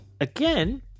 again